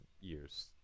years